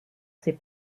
ses